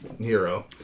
hero